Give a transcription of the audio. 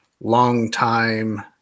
longtime